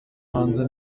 hanze